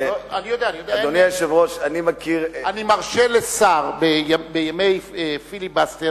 אני מרשה לשר בימי פיליבסטר